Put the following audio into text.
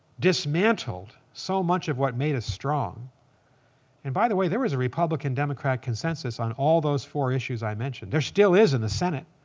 dismantled so much of what made us strong and by the way, there was a republican-democrat consensus on all those four issues i mentioned. there still is in the senate.